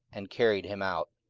and carried him out,